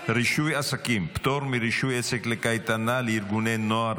רישוי עסקים (פטור מרישוי עסק לקייטנה לתנועות נוער ולארגוני נוער),